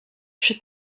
przy